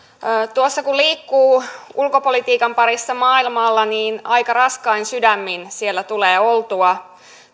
tuolla kun liikkuu ulkopolitiikan parissa maailmalla niin aika raskain sydämin siellä tulee oltua